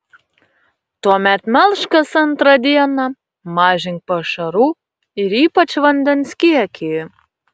tuomet melžk kas antrą dieną mažink pašarų ir ypač vandens kiekį